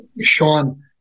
Sean